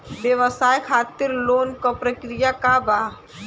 व्यवसाय खातीर लोन के प्रक्रिया का बा?